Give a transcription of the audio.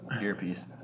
earpiece